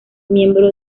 miembro